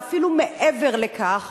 ואפילו מעבר לכך,